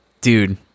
dude